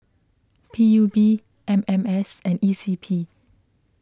P U B M M S and E C P